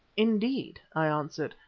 indeed, i answered,